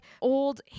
old